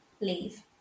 leave